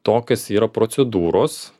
tokios yra procedūros